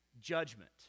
judgment